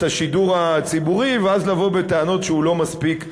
השידור הציבורי ואז לבוא בטענות שהוא לא מספיק עצמאי.